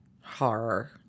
horror